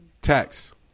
tax